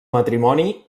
matrimoni